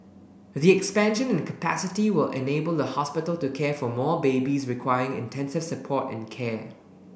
the expansion in capacity will enable the hospital to care for more babies requiring intensive support and care